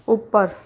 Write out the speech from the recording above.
ਉੱਪਰ